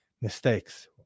Mistakes